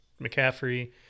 McCaffrey